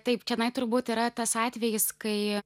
taip čionai turbūt yra tas atvejis kai